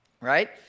right